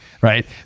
Right